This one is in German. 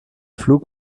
flug